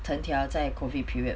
藤条在 COVID period